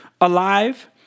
alive